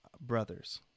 brothers